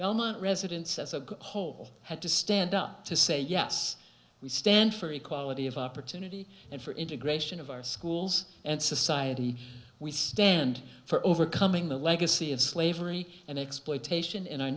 not residents as a whole had to stand up to say yes we stand for equality of opportunity and for integration of our schools and society we stand for overcoming the legacy of slavery and exploitation in our